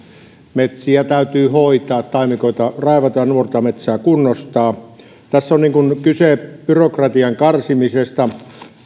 metsiä täytyy hoitaa taimikoita raivata ja nuorta metsää kunnostaa tässä on kyse byrokratian karsimisesta